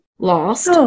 Lost